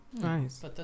Nice